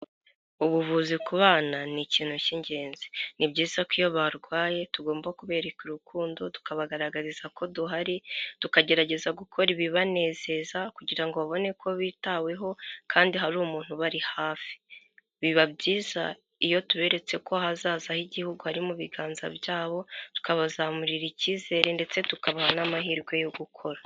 Ubuvuzi ku bana ni ikintu cy'ingenzi, ni byiza ko iyo barwaye tugomba kubereka urukundo, tukabagaragariza ko duhari, tukagerageza gukora ibibanezeza kugira ngo babone ko bitaweho kandi hari umuntu ubari hafi, biba byiza iyo tuberetse ko ahazaza h'igihugu hari mu biganza byabo, tukabazamurira icyizere ndetse tukabaha n'amahirwe yo gukora.